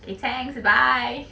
you thanks bye